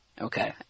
Okay